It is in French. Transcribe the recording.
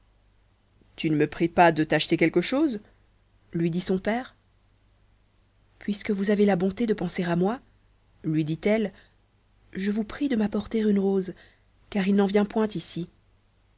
tu ne me pries pas de t'acheter quelque chose lui dit son père puisque vous avez la bonté de penser à moi lui dit-elle je vous prie de m'apporter une rose car il n'en vient point ici